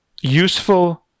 useful